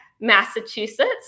Massachusetts